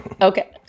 okay